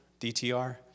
DTR